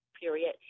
period